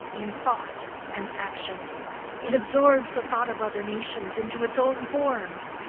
in thought and action it absorbs the thought of other nations into its own forms,